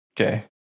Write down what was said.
Okay